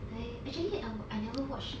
I actually I I never watch